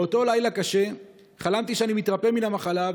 באותו לילה קשה חלמתי שאני מתרפא מן המחלה,